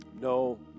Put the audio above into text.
No